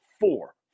four